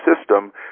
system